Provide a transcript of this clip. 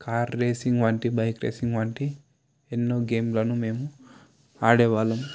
car racing వంటి bike racing వంటి ఎన్నో గేమ్లను మేము ఆడేవాళ్లము